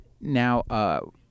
Now